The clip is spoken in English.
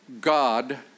God